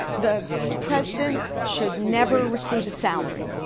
ah the president should never receive a salary,